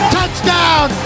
Touchdown